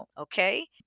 okay